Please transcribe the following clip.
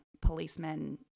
policemen